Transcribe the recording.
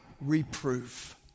reproof